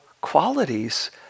qualities